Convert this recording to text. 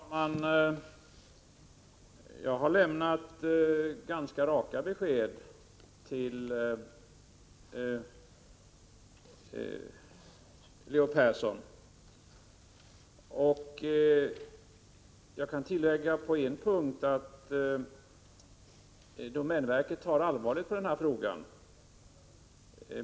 Herr talman! Jag har lämnat ganska raka besked till Leo Persson. Men på en punkt kan jag tillägga att domänverket ser allvarligt på den här frågan.